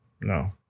No